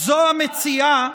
אתה ראש הנחש.